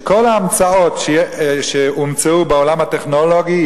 שכל ההמצאות שהומצאו בעולם הטכנולוגי,